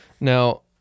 Now